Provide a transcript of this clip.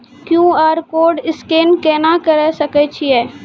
QR code scan केना करै सकय छियै?